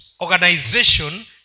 organization